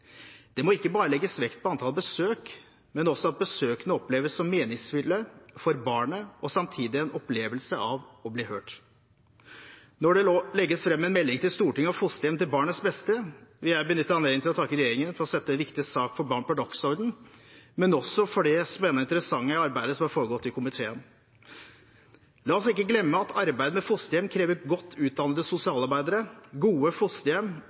Det må ikke bare legges vekt på antall besøk, men også at besøkene oppleves som meningsfulle for barnet, og at det samtidig er en opplevelse av å bli hørt. Når det nå legges fram en melding til Stortinget om fosterhjem til barnets beste, vil jeg benytte anledningen til å takke regjeringen for å sette en viktig sak for barn på dagsordenen, men også for det spennende og interessante arbeidet som har foregått i komiteen. La oss ikke glemme at arbeidet med fosterhjem krever godt utdannede sosialarbeidere, gode fosterhjem